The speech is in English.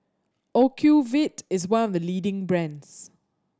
Ocuvite is one of the leading brands